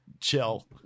chill